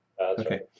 Okay